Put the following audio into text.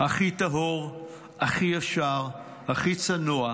הכי טהור, הכי ישר, הכי צנוע,